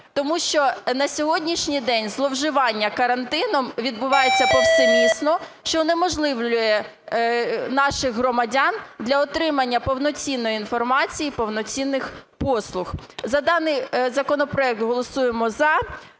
тому що на сьогоднішній день зловживання карантином відбувається повсемісно, що не уможливлює для наших громадян отримання повноцінної інформації, повноцінних послуг. За даний законопроект голосуємо "за".